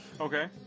Okay